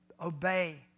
obey